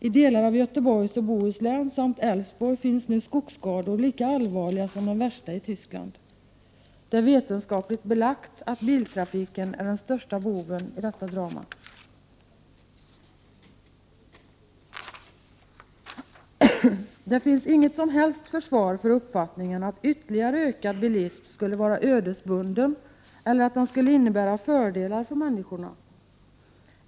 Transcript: I delar av Göteborgs och Bohus län samt Älvsborgs län finns nu skogsskador, som är lika allvarliga som de värsta i Västtyskland. Det är vetenskapligt belagt att biltrafiken är den största boven i detta drama. Det finns inget som helst försvar för uppfattningen att ytterligare ökad bilism skulle vara ödesbunden eller att den skulle innebära fördelar för människorna.